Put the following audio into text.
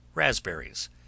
raspberries